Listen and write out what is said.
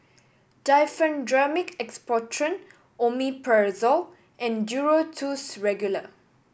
Diphenhydramine Expectorant Omeprazole and Duro Tuss Regular